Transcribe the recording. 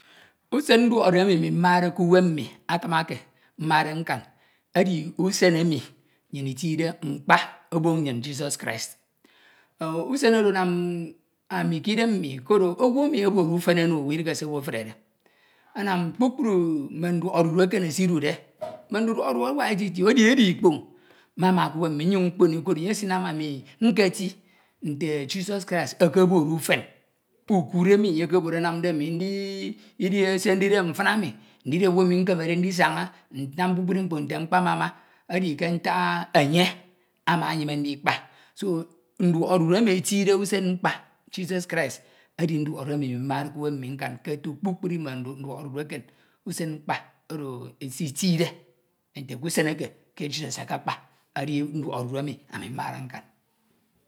Usen nduọk odudu emi ami mmade k’uwem mmi akim eke mmade nkan edi usen emi ntide mkpa oboñ nnyin Jesus Christ. Usen oro anam ami k’idem mmi, koro owu emi obode ufen ónó owu idihe se owu efre, anam kpukpru mme nduõk odudu eken esidude, mme nduduọk odudu awak eti eti edi edo ikpoñ mama k’uwem mmi nnyuñ nkpono e koro enye esinam ami nketi nte Jesus Christ ekebode ufen, mme ukuñ emi enye ekebode anande ami ndidi se ndidi mtin emi, mfin emi ndidi owu emi nkenede ndinsaña nnan kpukpri mkpo nte mkpamama edi ke ntak enye ama enyime ndikpa so nduọk odu emi etide usen nkpa Jesus Christ edi nduọk odudu emi mmade k’uwem mmi nkan, ke otu kpukpri mme nduọk odudu eken, usen mkpa oro esitide ete kusen eke ke Jesus ekekpa edi nduọk oduọk odudu emi ami mmade nkan.